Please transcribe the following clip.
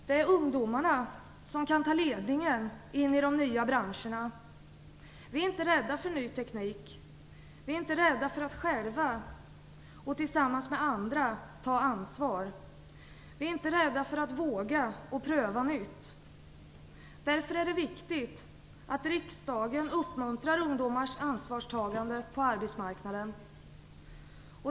Det är ungdomarna som kan ta ledningen in i de nya branscherna. Vi är inte rädda för ny teknik. Vi är inte rädda för att själva och tillsammans med andra ta ansvar. Vi är inte rädda för att pröva någonting nytt. Därför är det viktigt att riksdagen uppmuntrar ungdomars ansvarstagande på arbetsmarknaden.